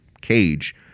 cage